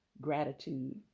gratitude